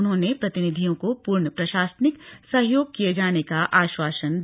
उन्होंने प्रतिनिधियों को पूर्ण प्रशासनिक सहयोग किये जाने का आश्वासन दिया